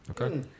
Okay